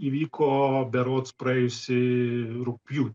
įvyko berods praėjusį rugpjūtį